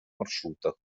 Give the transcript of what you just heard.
маршрутах